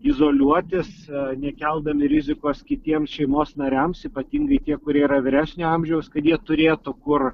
izoliuotis nekeldami rizikos kitiem šeimos nariams ypatingai tie kurie yra vyresnio amžiaus kad jie turėtų kur